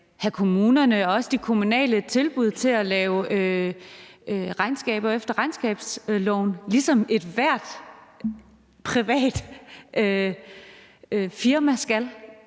de kommunale tilbud, til at lave regnskaber efter regnskabsloven, ligesom ethvert privat firma skal.